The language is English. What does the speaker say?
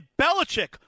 Belichick